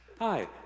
hi